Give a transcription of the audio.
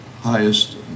highest